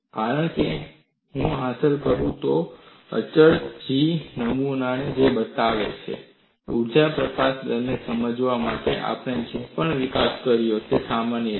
કારણ કે જો હું હાંસલ કરું તો પણ અચળ જી નમૂનો જે બતાવે છે કે ઊર્જા પ્રકાશન દરને સમજવા માટે આપણે જે પણ વિકાસ કર્યો છે તે માન્ય છે